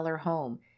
home